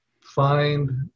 find